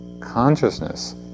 consciousness